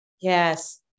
Yes